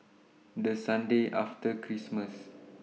The Sunday after Christmas